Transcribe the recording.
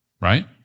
Right